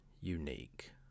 unique